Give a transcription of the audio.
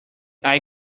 eye